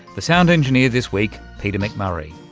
the sound engineer this week peter mcmurray.